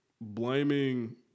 blaming